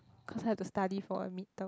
because I have to study for mid term